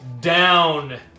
down